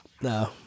No